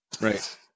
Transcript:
Right